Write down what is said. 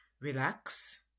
relax